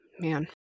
man